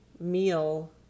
meal